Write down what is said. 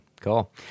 cool